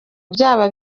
byaba